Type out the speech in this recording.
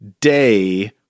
day